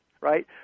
right